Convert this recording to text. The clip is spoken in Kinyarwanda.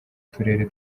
turere